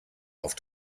auf